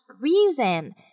reason